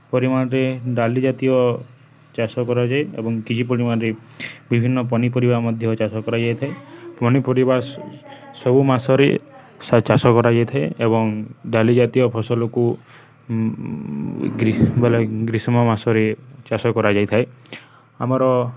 ପରିମାଣରେ ଡାଲି ଜାତୀୟ ଚାଷ କରାଯାଏ ଏବଂ କିଛି ପରିମାଣରେ ବିଭିନ୍ନ ପନିପରିବା ମଧ୍ୟ ଚାଷ କରାଯାଇଥାଏ ପନିପରିବା ସବୁ ମାସରେ ଚାଷ କରାଯାଇଥାଏ ଏବଂ ଡାଲି ଜାତୀୟ ଫସଲକୁ ବଲେ ଗ୍ରୀଷ୍ମ ମାସରେ ଚାଷ କରାଯାଇଥାଏ ଆମର